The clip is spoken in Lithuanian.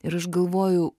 ir aš galvoju